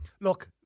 look